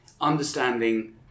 understanding